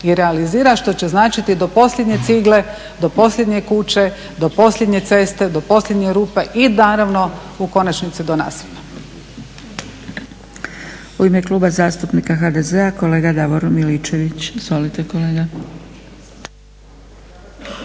i realizira, što će značiti do posljednje cigle, do posljednje kuće, do posljednje ceste, do posljednje rupe i naravno u konačnici do nasipa.